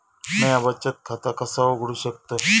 म्या बचत खाता कसा उघडू शकतय?